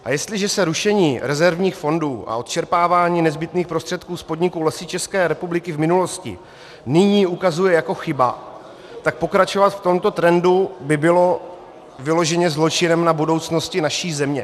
A jestliže se rušení rezervních fondů a odčerpávání nezbytných prostředků z podniku Lesy ČR v minulosti nyní ukazuje jako chyba, tak pokračovat v tomto trendu by bylo vyloženě zločinem na budoucnosti naší země.